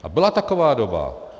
A byla taková doba.